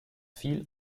viel